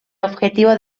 objetivo